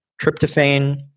tryptophan